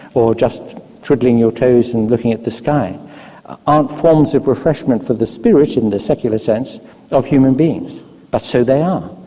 or just twiddling your toes and looking at the sky aren't forms of refreshment for the spirit in the secular sense of human beings but so they are.